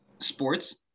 sports